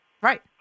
Right